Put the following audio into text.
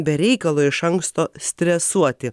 be reikalo iš anksto stresuoti